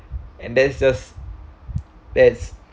and then is just that's